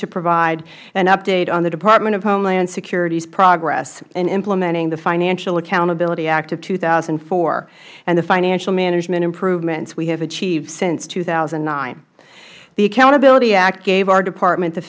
to provide an update on the department of homeland security's progress in implementing the financial accountability act of two thousand and four and the financial management improvements we have achieved since two thousand and nine the accountability act gave our department the